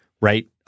Right